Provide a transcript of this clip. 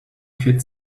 kid